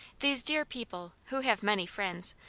these dear people, who have many friends,